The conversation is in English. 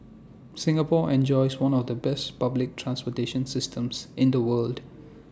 Singapore enjoys one of the best public transportation systems in the world